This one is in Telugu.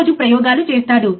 భధ్రతే ముందు